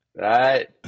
Right